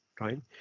right